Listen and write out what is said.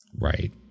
Right